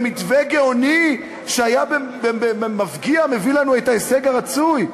מתווה גאוני שהיה מביא לנו את ההישג הרצוי.